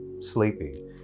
sleepy